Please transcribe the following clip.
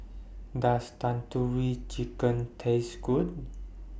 Does Tandoori Chicken Taste Good